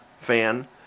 fan